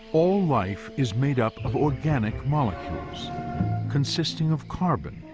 all life is made up of organic molecules consisting of carbon,